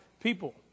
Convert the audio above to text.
people